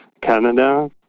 Canada